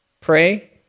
pray